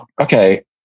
okay